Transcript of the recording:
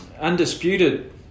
undisputed